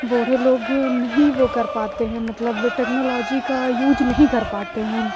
बूढ़े लोग नहीं वो कर पाते हैं मतलब टेक्नोलॉजी का यूज नहीं कर पाते हैं